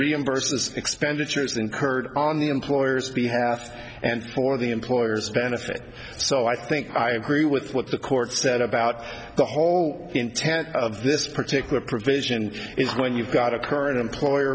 reimbursed expenditures incurred on the employer's behalf and for the employer's benefit so i think i agree with what the court said about the whole intent of this particular provision which is when you've got a current employer